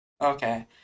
Okay